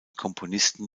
komponisten